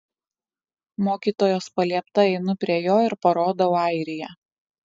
mokytojos paliepta einu prie jo ir parodau airiją